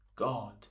God